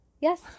Yes